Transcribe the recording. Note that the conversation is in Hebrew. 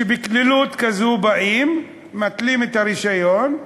שבקלילות כזאת באים, מתלים את הרישיון,